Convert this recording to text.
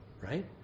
right